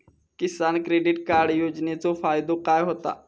किसान credit card योजनेचो फायदो काय होता?